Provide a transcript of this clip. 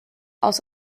aus